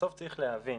בסוף צריך להבין,